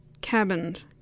Cabined